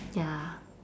ya